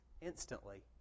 instantly